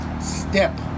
step